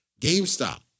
GameStop